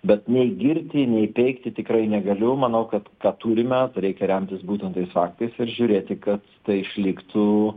bet nei girti nei peikti tikrai negaliu manau kad ką turime reikia remtis būtent tais faktais ir žiūrėti kad tai išliktų